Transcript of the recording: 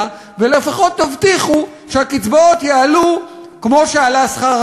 ולפחות תבטיחו שהקצבאות יעלו כמו שעלה שכר